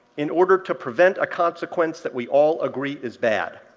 in order to prevent a consequence that we all agree is bad.